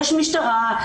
יש משטרה,